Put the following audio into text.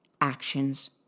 actions